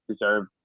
deserve